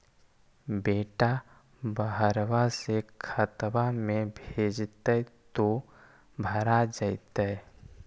बेटा बहरबा से खतबा में भेजते तो भरा जैतय?